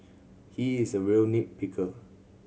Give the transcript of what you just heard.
he is a real nit picker